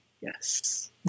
Yes